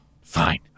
Fine